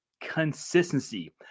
consistency